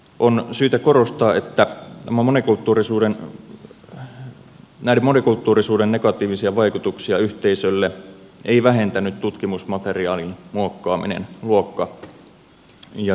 on syytä korostaa että näitä monikulttuurisuuden negatiivisia vaikutuksia yhteisölle ei vähentänyt tutkimusmateriaalin muokkaaminen luokka ja tulotason mukaan